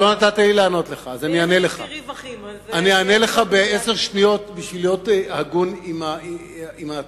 אני אענה לך בעשר שניות בשביל להיות הגון עם התקנון.